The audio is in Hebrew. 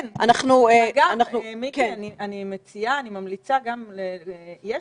מיקי, אני מציעה, אני ממליצה, יש